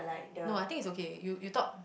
no I think is okay you you thought